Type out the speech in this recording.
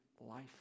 life